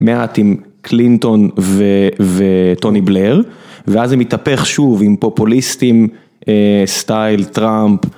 מעט עם קלינטון וטוני בלר ואז הם מתהפך שוב עם פופוליסטים, סטייל טראמפ.